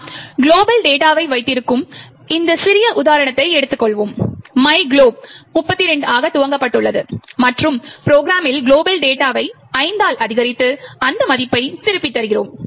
நமது குளோபல் டேட்டாவை வைத்திருக்கும் இந்த சிறிய உதாரணத்தை எடுத்துக்கொள்வோம் myglob 32 ஆக துவக்கப்பட்டுள்ளது மற்றும் ப்ரொக்ராமில் குளோபல் டேட்டாவை 5 ஆல் அதிகரித்து அந்த மதிப்பை திருப்பித் தருகிறோம்